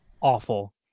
awful